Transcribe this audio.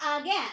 again